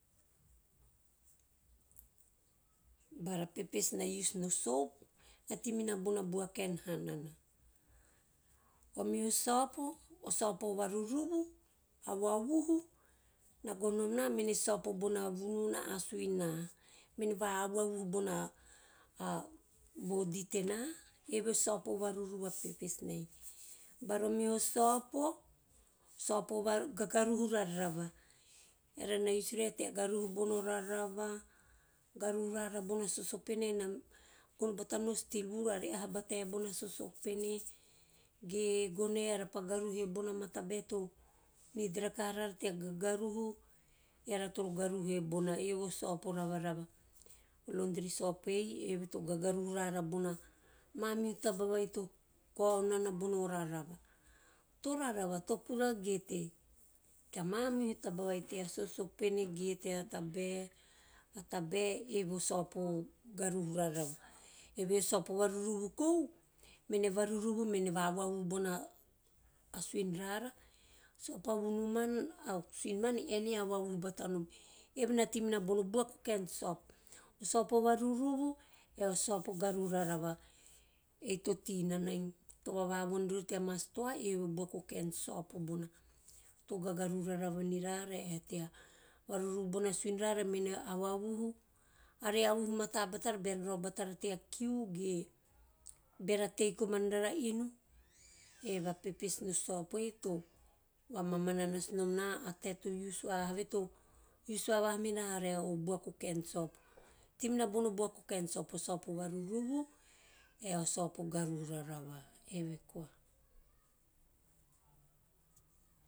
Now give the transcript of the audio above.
Bara purpose na use no soap tei me nana bona bua kaen hanana o meho sopo o sopo vuruvuvu, avuvuhu na gono nom na mene sopo bona vunu na ae a suin na mene va avavuhu bona body tene eve a sopo varuvuvu a purpose ne. Bara o meho sopo o sopo va gavahu varava, eara na use nine tea garahu bona rarava, gavahu rara bona soso pene, nam gono batainom o steel wool ave aha batae bona sosopene, ge gone eara pa garahu bona awa tabae to need rakaha vara tea gagavuhu eara toro gavuhue bona evo sopo ravavava. O laundry sopo ei eve to gagaruhu rara bona manihu taba vai to kao nana bono varava, to varava, to puragete tea mamihu taba vai tea sosopene ge tea tabae. Tea tabae eve o sopo garhu rarava. Evehe o sopo varuruvu kou mene varuruvu mene va avuavuhu bina suin rara, sopo a vunu mom, a suin man ean e avuavuhu batanom. Eve na tei nanai to vavanom ni riori tea ma stoa eve o buaku o kaen sopo bona, to gagaruhu rarava hirava e tea vavuruvu bona suin rara mene avoaruhu ave avuhu mata batara beara nao batara tea kiu ge beara tei komana rara inu eve a purpose no sopo ei to vamamana nasu nom na a te to use vahaha have to use vahaha mirare o buaku o kaen sopo. Tei minan o buako kaen sopo, o sopo vavuruvu ae o sopo gavuhu vavava. Eve koa.